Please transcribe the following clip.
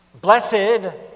Blessed